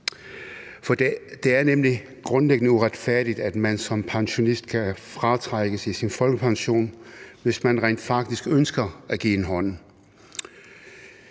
For det er nemlig grundlæggende uretfærdigt, at man som pensionist kan blive trukket i sin folkepension, hvis man rent faktisk ønsker at give en hånd